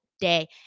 day